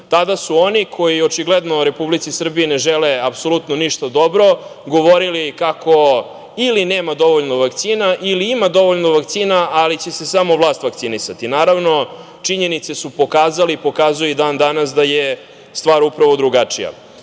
Tada su oni koji očigledno Republici Srbiji ne žele apsolutno ništa dobro govorili kako ili nema dovoljno vakcina ili ima dovoljno vakcina ali će se samo vlast vakcinisati. Naravno, činjenice su pokazale i pokazuju i dan-danas da je stvar upravo drugačija. Predsednik